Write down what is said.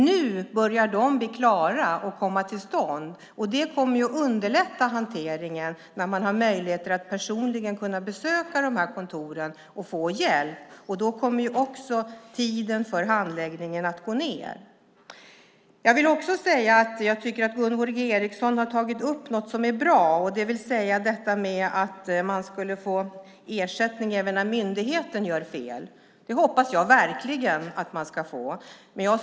Nu börjar de bli klara och komma till stånd. Det kommer att underlätta hanteringen när människor har möjlighet att personligen besöka kontoret och få hjälp. Då kommer också tiden för handläggning att minska. Gunvor G Ericson har även tagit upp frågan om att man ska kunna få ersättning när myndigheten gör fel. Jag tycker att det är bra att detta tas upp och hoppas verkligen att det ska bli möjligt.